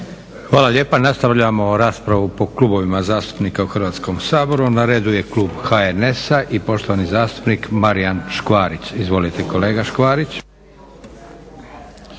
Hvala lijepa. Nastavljamo raspravu po kubovima zastupnika u Hrvatskom saboru. Na redu je klub HNS-a i poštovani zastupnik Marijan Škvarić. Izvolite kolega Škvarić.